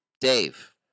Dave